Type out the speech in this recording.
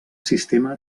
sistema